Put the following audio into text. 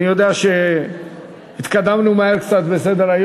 אני יודע שהתקדמנו מהר קצת בסדר-היום,